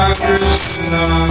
Krishna